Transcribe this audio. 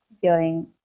feeling